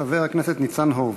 חבר הכנסת ניצן הורוביץ,